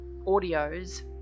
audios